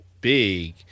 big